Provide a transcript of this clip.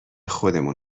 خودمون